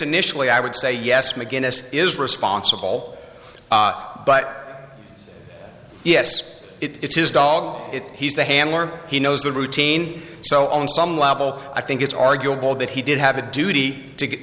initially i would say yes mcginnis is responsible but yes it's his dog it's he's the handler he knows the routine so on some level i think it's arguable that he did have a duty to get